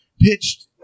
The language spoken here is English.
pitched